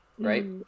Right